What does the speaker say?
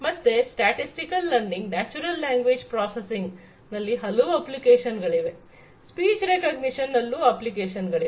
ಮತ್ತೆ statistical learning natural language processing ನಲ್ಲಿ ಹಲವು ಅಪ್ಲಿಕೇಶನ್ ಗಳಿವೆ ಸ್ಪೀಚ್ ರೆಕಾಗ್ನಿಶನ್ ನಲ್ಲೂ ಅಪ್ಲಿಕೇಶನ್ ಗಳಿವೆ